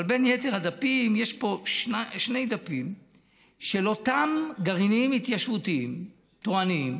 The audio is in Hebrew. אבל בין יתר הדפים יש פה שני דפים של אותם גרעינים התיישבותיים תורניים